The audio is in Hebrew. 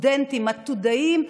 סטודנטים עתודאים.